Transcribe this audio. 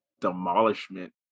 demolishment